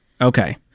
Okay